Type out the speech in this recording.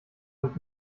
mit